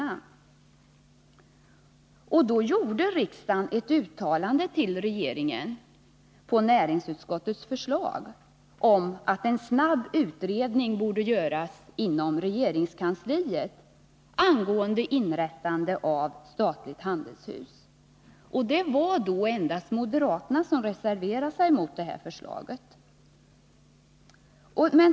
På näringsutskottets förslag gjorde så riksdagen ett uttalande till regeringen om att en utredning snabbt borde göras inom regeringskansliet angående inrättande av statliga handelshus. Det var endast moderaterna som reserverade sig mot det förslaget.